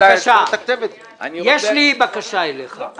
יש לי בקשה אליך,